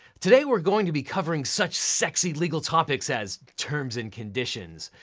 today we're going to be covering such sexy legal topics as terms and conditions,